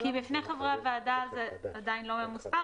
בפני חברי הוועדה זה עדיין לא ממוספר,